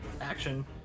action